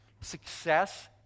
Success